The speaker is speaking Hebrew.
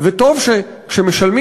וטוב שמשלמים,